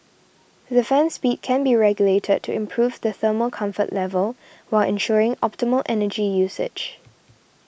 the fan speed can be regulated to improve the thermal comfort level while ensuring optimal energy usage